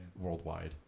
worldwide